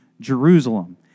Jerusalem